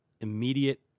Immediate